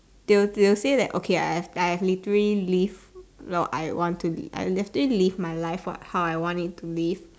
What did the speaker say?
they they will say that okay I I've literally lived not I want to live I've literally lived my life for how I want it to live